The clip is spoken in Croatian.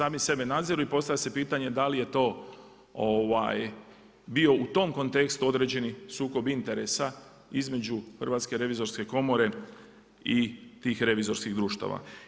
I postavlja se pitanje da li je to bio u tom kontekstu određeni sukob interesa između Hrvatske revizorske komore i tih revizorskih društava.